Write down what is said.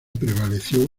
prevaleció